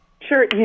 Sure